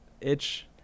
itch